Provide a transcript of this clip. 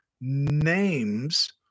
names